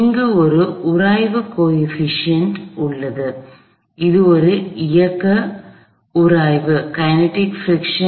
இங்கு ஒரு உராய்வு கோஎபிஷியண்ட் குணகம் உள்ளது இது ஒரு இயக்க உராய்வு குணகம்